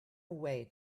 way